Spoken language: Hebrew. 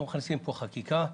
אנחנו מכניסים פה חקיקה,